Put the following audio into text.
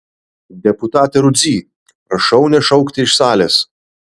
deputate rudzy prašau nešaukti iš salės